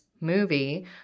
movie